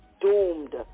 doomed